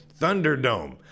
Thunderdome